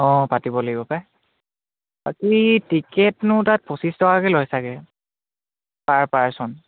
অঁ পাতিব লাগিব পাই বাকী টিকেটনো তাত পঁচিছ টকাকৈ লয় ছাগে পাৰ পাৰ্চন